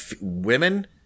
women